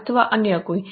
અથવા અન્ય કોઈ